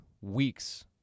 weeks